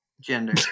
gender